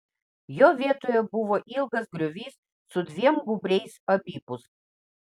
jo vietoje buvo ilgas griovys su dviem gūbriais abipus